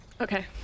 Okay